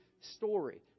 story